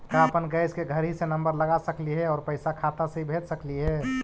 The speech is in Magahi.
का अपन गैस के घरही से नम्बर लगा सकली हे और पैसा खाता से ही भेज सकली हे?